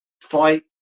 fight